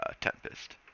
Tempest